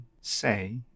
say